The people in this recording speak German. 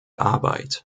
arbeit